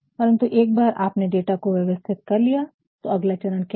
परंतु एक बार जब आपने डाटा को व्यवस्थित कर लिया तो अगला चरण क्या है